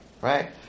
right